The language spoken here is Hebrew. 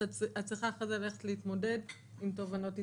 את צריכה להתמודד עם תובענות ייצוגיות.